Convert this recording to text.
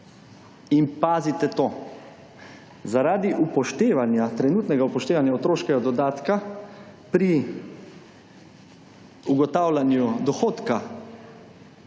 In pazite to, zaradi upoštevanja, trenutnega upoštevanja, otroškega dodatka pri ugotavljanju **105.